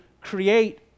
create